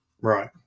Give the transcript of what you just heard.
Right